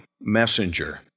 messenger